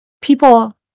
People